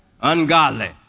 ungodly